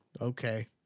okay